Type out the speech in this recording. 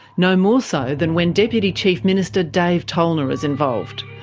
no more so than when deputy chief minister dave tollner is involved.